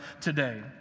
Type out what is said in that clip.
today